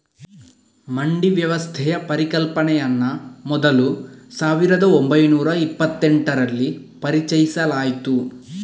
ಮಂಡಿ ವ್ಯವಸ್ಥೆಯ ಪರಿಕಲ್ಪನೆಯನ್ನ ಮೊದಲು ಸಾವಿರದ ಒಂಬೈನೂರ ಇಪ್ಪತೆಂಟರಲ್ಲಿ ಪರಿಚಯಿಸಲಾಯ್ತು